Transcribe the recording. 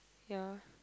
ya